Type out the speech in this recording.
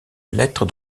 lettre